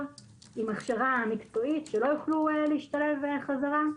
עם הכשרה מקצועית ולא יוכלו להשתלב בחזרה.